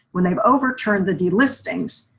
when they overturned the de-listings,